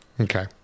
Okay